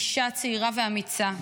אישה צעירה ואמיצה,